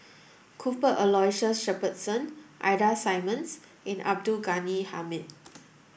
Cuthbert Aloysius Shepherdson Ida Simmons and Abdul Ghani Hamid